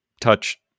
touch